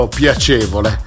piacevole